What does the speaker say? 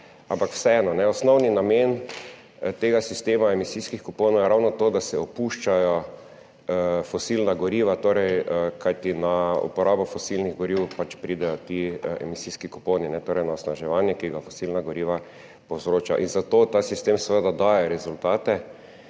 ampak vseeno, osnovni namen tega sistema emisijskih kuponov je ravno to, da se opuščajo fosilna goriva, kajti na uporabo fosilnih goriv pač pridejo ti emisijski kuponi, torej na onesnaževanje, ki ga fosilna goriva povzročajo. In zato ta sistem seveda daje rezultate,